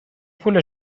پول